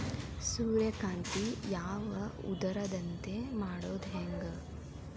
ಸೂರ್ಯಕಾಂತಿ ಹೂವ ಉದರದಂತೆ ಮಾಡುದ ಹೆಂಗ್?